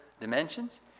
dimensions